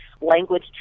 language